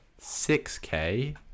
6k